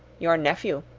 your nephew!